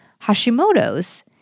Hashimoto's